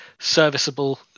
serviceable